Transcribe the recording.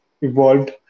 evolved